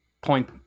point